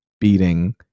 beating